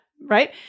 right